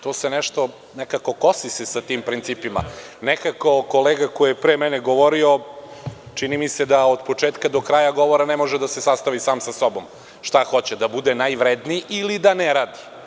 To se nekako kosi sa tim principima, nekako kolega koji je pre mene govorio, čini mi se da od početka do kraja govora ne može sa se sastavi sam sa sobom, šta hoće da bude najvredniji ili da ne radi?